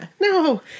No